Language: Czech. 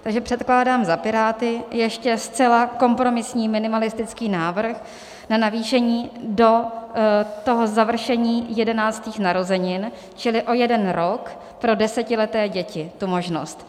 Takže předkládám za Piráty ještě zcela kompromisní minimalistický návrh na navýšení do završení 11. narozenin, čili o jeden rok, pro desetileté děti, tu možnost.